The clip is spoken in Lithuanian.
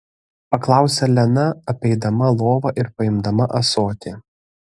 paklausė lena apeidama lovą ir paimdama ąsotį